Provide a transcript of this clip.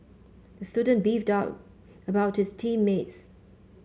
the student beefed about his team mates